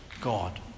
God